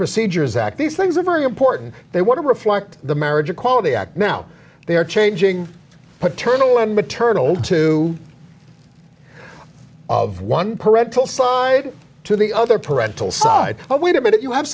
procedures act these things are very important they want to reflect the marriage equality act now they are changing paternal and maternal to of one parental slide to the other parental side oh wait a minute you have